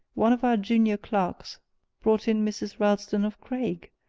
one of our junior clerks brought in mrs. ralston of craig,